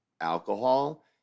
alcohol